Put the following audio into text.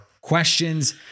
questions